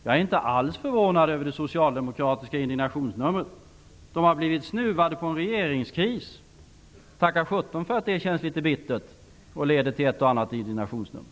Jag är inte alls förvånad över det socialdemokratiska indignationsnumret. De har blivit snuvade på en regeringskris. Tacka sjutton för att det känns litet bittert och leder till ett och annat indignationsnummer.